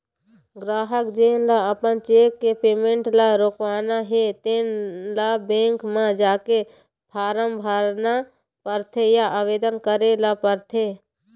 गराहक जेन ल अपन चेक के पेमेंट ल रोकवाना हे तेन ल बेंक म जाके फारम भरना परथे या आवेदन करे ल परथे